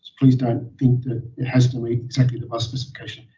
please don't think that it has to meet exactly the bus specification.